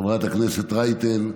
חברת הכנסת רייטן,